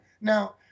Now